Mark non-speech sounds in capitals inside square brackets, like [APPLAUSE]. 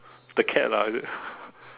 the cat lah is it [LAUGHS]